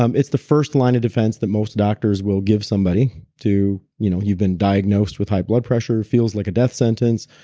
um it's the first line of defense that most doctors will give somebody. you know you've been diagnosed with high blood pressure. it feels like a death sentence.